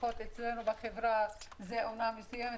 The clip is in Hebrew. לפחות אצלנו בחברה יש עונת חתונות מסוימת,